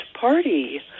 party